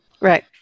Right